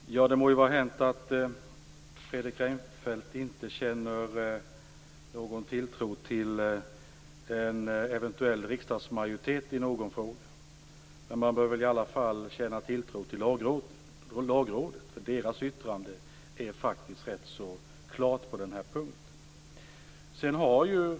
Fru talman! Det må vara hänt att Fredrik Reinfeldt inte känner någon tilltro till en eventuell riksdagsmajoritet i någon fråga. Men han bör i alla fall känna tilltro till Lagrådet. Lagrådets yttrande är faktiskt rätt så klart på den här punkten.